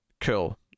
cool